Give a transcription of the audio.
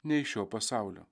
ne iš šio pasaulio